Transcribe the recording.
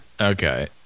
Okay